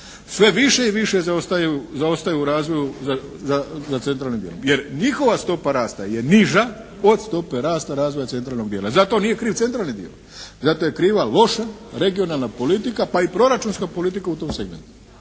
sve više i više zaostaju u razvoju za centralnim dijelom, jer njihova stopa rasta je niža od stope rasta razvoja centralnog dijela. Za to nije kriv centralni dio. Za to je kriva loša regionalna politika, pa i proračunska politika u tom segmentu